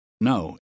No